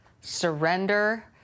surrender